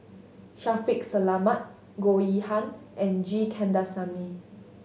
Shaffiq Selamat Goh Yihan and G Kandasamy